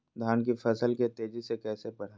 धान की फसल के तेजी से कैसे बढ़ाएं?